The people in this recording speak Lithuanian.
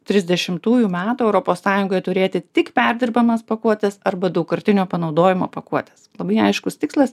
trisdešimtųjų metų europos sąjungoje turėti tik perdirbamas pakuotes arba daugkartinio panaudojimo pakuotes labai aiškus tikslas